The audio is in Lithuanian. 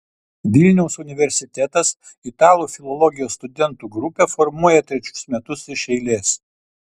vilniaus universitetas italų filologijos studentų grupę formuoja trečius metus iš eilės